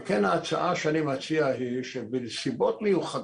על כן, ההצעה שאני מציע היא שבנסיבות מיוחדות,